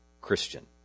Christian